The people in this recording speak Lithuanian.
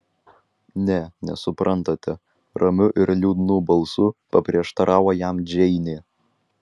ne nesuprantate ramiu ir liūdnu balsu paprieštaravo jam džeinė